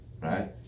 right